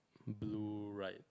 blue right